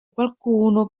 qualcuno